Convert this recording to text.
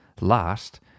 last